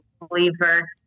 believer